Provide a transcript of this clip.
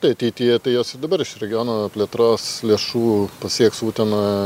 tai ateityje tai jos ir dabar iš regiono plėtros lėšų pasieks uteną